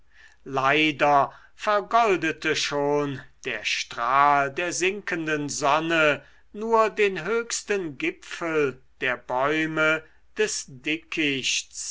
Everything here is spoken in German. leider vergoldete schon der strahl der sinkenden sonne nur den höchsten gipfel der bäume des dickichts